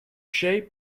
she